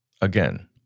Again